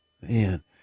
Man